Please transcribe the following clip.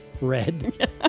Red